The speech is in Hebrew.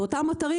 ואותם אתרים,